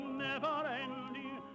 never-ending